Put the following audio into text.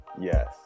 Yes